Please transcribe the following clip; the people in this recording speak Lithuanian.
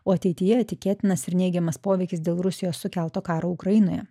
o ateityje tikėtinas ir neigiamas poveikis dėl rusijos sukelto karo ukrainoje